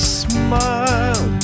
smile